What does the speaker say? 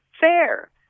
fair